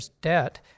debt